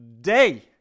day